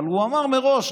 אבל הוא אמר מראש,